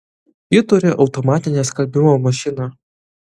ji turi automatinę skalbimo mašiną